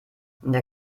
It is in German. der